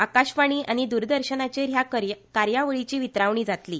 आकाशवाणी आनी द्रदर्शनाचेर ह्या कार्यावळीची वितरावणी जातली